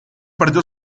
perdió